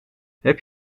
heb